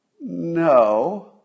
No